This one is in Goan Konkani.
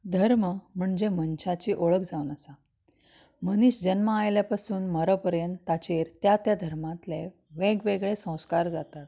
धर्म म्हणजे मनशाची ओळख जावन आसा मनीस जल्मा आयल्या पासून मर पर्यंत ताचेर त्या त्या धर्मांतले वेगवेगळें संस्कार जाता